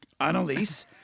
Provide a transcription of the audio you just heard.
Annalise